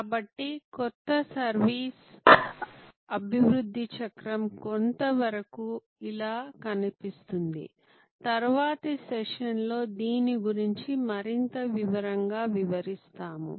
కాబట్టి క్రొత్త సర్వీస్ అభివృద్ధి చక్రం కొంతవరకు ఇలా కనిపిస్తుంది తరువాతి సెషన్లో దీని గురించి మరింత వివరంగా వివరిస్తాము